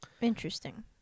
interesting